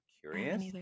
curious